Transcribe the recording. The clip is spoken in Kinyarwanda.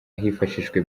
hifashishijwe